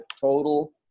total